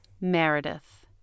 Meredith